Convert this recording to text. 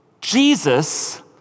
Jesus